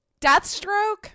deathstroke